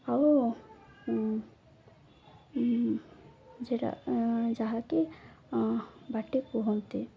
ଆଉ ଯାହାକି ବାଟି କୁହନ୍ତି